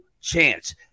chance